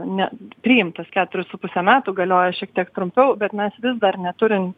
ne priimtas keturis su puse metų galioja šiek tiek trumpiau bet mes vis dar neturim